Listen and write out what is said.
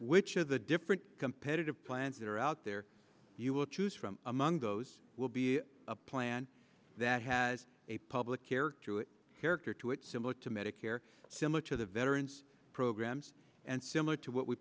which of the different competitive plans that are out there you will choose from among those will be a plan that has a public care to it character to it similar to medicare similar to the veterans programs and similar to what we